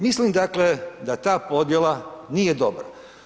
Mislim dakle da ta podjela nije dobra.